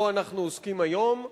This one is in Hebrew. שבו אנחנו עוסקים היום,